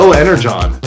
energon